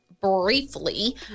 briefly